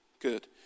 Good